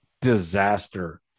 disaster